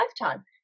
lifetime